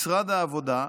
משרד העבודה,